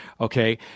Okay